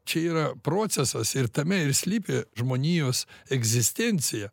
čia yra procesas ir tame ir slypi žmonijos egzistencija